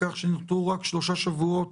כך שנותרו רק שלושה שבועות,